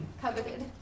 coveted